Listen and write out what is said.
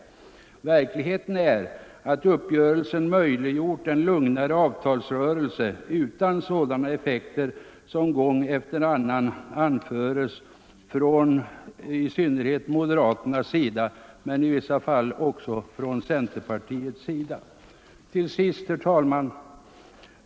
Verkligheten är den att uppgörelsen möjliggjort en lugnare avtalsrörelse utan sådana effekter som gång efter annan anförs från i synnerhet moderat håll men även i vissa fall från centerpartihåll.